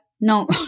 no